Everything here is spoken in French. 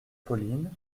pauline